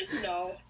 No